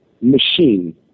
machine